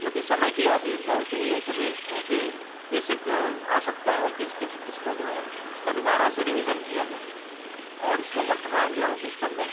जो कि समय की आज बहुत ही एक बेसिक आवश्यकता है कि इसके से इसको जो है इसका दुबारा से रीविज़न किया जाए और इसको वर्तमान जो है सिस्टम में